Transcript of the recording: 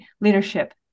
leadership